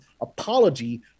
apology